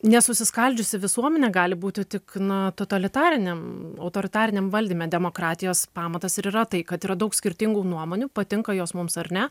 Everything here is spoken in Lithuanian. nesusiskaldžiusi visuomenė gali būti tik na totalitariniam autoritariniam valdyme demokratijos pamatas ir yra tai kad yra daug skirtingų nuomonių patinka jos mums ar ne